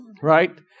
right